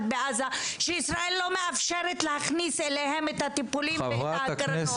וישראל לא מאפשרת להכניס אליהן את הטיפולים ואת ההקרנות.